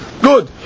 Good